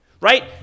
Right